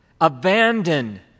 abandon